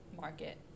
market